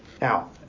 Now